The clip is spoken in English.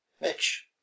Mitch